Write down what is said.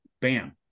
bam